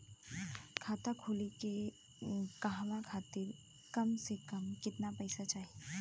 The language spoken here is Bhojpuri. खाता खोले के कहवा खातिर कम से कम केतना पइसा चाहीं?